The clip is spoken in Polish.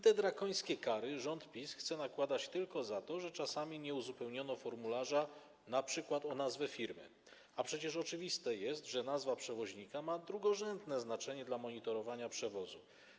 Te drakońskie kary rząd PiS chce nakładać tylko za to, że czasami nie uzupełniono formularza np. o nazwę firmy, a przecież oczywiste jest, że nazwa przewoźnika ma drugorzędne znaczenie dla monitorowania przewozu.